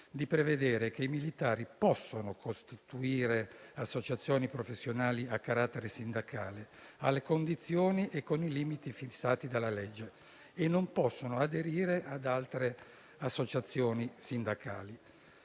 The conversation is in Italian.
di prevedere che i militari possano costituire associazioni professionali a carattere sindacale alle condizioni e con i limiti fissati dalla legge e non possano aderire ad altre associazioni sindacali.